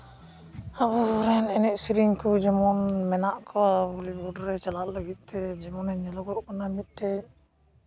ᱟᱵᱚ ᱠᱚᱨᱮᱱ ᱮᱱᱮᱡ ᱥᱮᱨᱮᱧ ᱠᱚ ᱡᱮᱢᱚᱱ ᱢᱮᱱᱟᱜ ᱠᱚᱣᱟ ᱵᱚᱞᱤᱭᱩᱰ ᱨᱮ ᱪᱟᱞᱟᱜ ᱞᱟᱹᱜᱤᱫ ᱛᱮ ᱡᱮᱢᱚᱱᱮ ᱧᱮᱞᱚᱜᱚᱜ ᱠᱟᱱᱟ ᱢᱤᱫᱴᱮᱱ